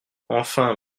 enfin